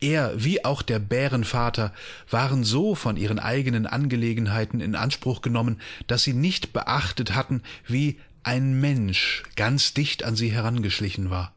er wie auch der bärenvater waren so von ihren eigenen angelegenheiten in anspruch genommen daß sie nicht beachtet hatten wie ein mensch ganz dicht an sie herangeschlichenwar